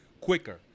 quicker